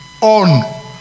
on